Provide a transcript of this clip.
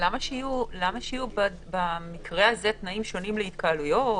למה שיהיו במקרה הזה תנאים שונים להתקהלויות?